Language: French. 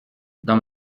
dans